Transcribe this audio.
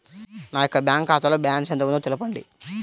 నా యొక్క బ్యాంక్ ఖాతాలో బ్యాలెన్స్ ఎంత ఉందో తెలపండి?